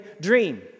dream